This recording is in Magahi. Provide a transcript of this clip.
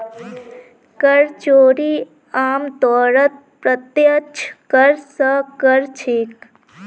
कर चोरी आमतौरत प्रत्यक्ष कर स कर छेक